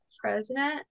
president